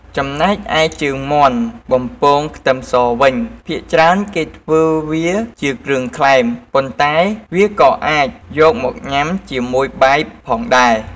ចំណែកឯជើងមាន់បំពងខ្ទឹមសវិញ ភាគច្រើនគេធ្វើវាជាគ្រឿងក្លែម ប៉ុន្តែវាក៏អាចយកមកញ៉ាំជាមួយបាយផងដែរ។